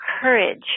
courage